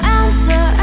answer